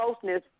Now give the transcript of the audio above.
closeness